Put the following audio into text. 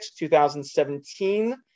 2017